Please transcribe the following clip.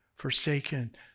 Forsaken